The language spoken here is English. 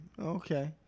Okay